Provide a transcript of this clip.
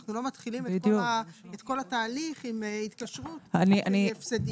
שאנחנו לא מתחילים את כל התהליך עם התקשרות הפסדית.